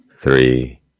three